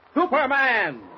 Superman